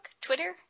Twitter